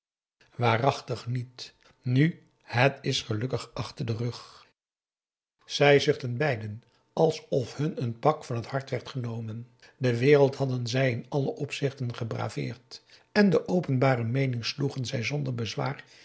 waarachtig niet nu het is gelukkig achter den rug zij zuchtten beiden alsof hun een pak van het hart werd genomen de wereld hadden zij in alle opzichten gebraveerd en de openbare meening sloegen zij zonder bezwaar